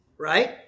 right